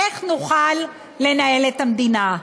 איך נוכל לנהל את המדינה?